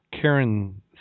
Karen